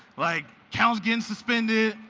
like accounts getting suspended.